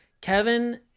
kevin